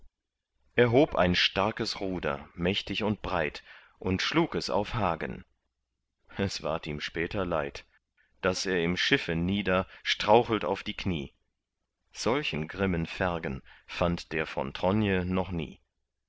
hob ein starkes ruder mächtig und breit und schlug es auf hagen es ward ihm später leid daß er im schiffe nieder strauchelt auf die knie solchen grimmen fergen fand der von tronje noch nie